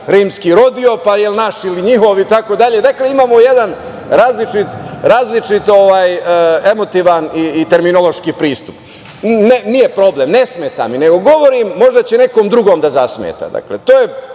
rimski rodio, pa jel naš ili njihov, itd. Dakle, imamo jedan različit emotivan i terminološki pristup. Nije problem. Ne smeta mi. Nego govorim, možda će nekome drugom da zasmeta.